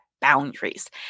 boundaries